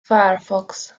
firefox